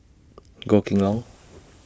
Goh Kheng Long